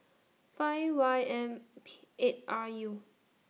five Y M P eight R U